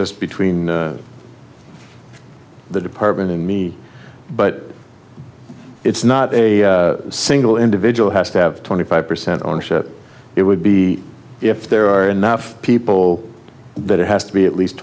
just between the department and me but it's not a single individual has to have twenty five percent ownership it would be if there are enough people that it has to be at least